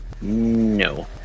No